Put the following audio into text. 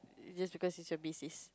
just because he's your basis